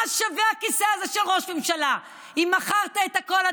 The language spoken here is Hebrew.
מה שווה הכיסא הזה של ראש ממשלה אם מכרת את הכול,